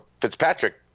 Fitzpatrick